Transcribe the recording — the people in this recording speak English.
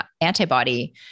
antibody